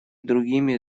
другими